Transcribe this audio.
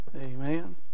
Amen